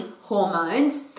hormones